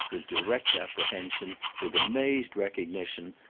with direct apprehension, with amazed recognition,